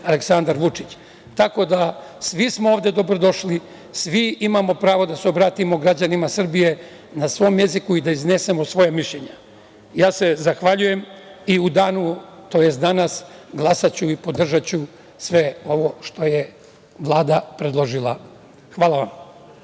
Aleksandar Vučić. Svi smo ovde dobrodošli, svi imamo pravo da se obratimo građanima Srbije na svom jeziku i da iznesemo svoje mišljenje. Ja se zahvaljujem. Glasaću i podržaću sve ovo što je Vlada predložila. Hvala vam.